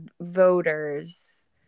voters